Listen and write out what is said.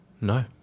no